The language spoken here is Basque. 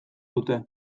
dute